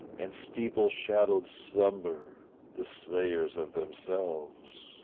and steeple-shadowed slumber the slayers of themselves.